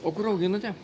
o kur auginate